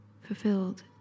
fulfilled